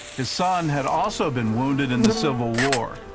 his son had also been wounded in the civil war,